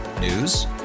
News